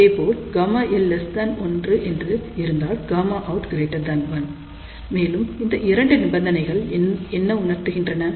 அதேபோல் |ΓL| 1 என்று இருந்தால் |Γout| 1 மேலும் இந்த இரண்டு நிபந்தனைகள் என்ன உணர்த்துகின்றன